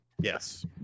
Yes